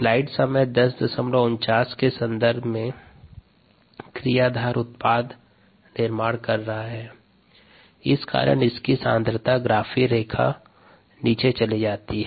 slide समय 1049 के संदर्भ में क्रियाधार उत्पाद निर्माण कर रहा है इस कारण इसकी सांद्रता की ग्राफीय रेखा नीचे चली जाती है